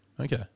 Okay